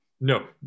no